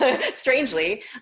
strangely